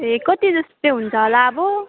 ए कति जस्तो चाहिँ हुन्छ होला अब